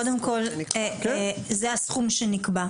קודם כל, זה הסכום שנקבע.